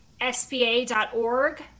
sba.org